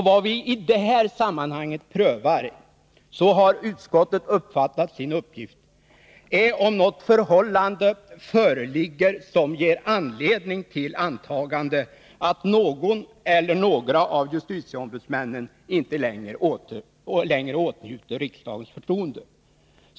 Vad vi i detta sammanhang prövar — så har utskottet uppfattat sin uppgift — är om det föreligger ett förhållande som ger anledning till antagandet att någon eller några av justitieombudsmännen inte längre åtnjuter riksdagens förtroende.